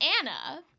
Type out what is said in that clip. Anna